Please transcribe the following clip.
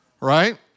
right